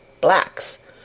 blacks